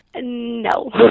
No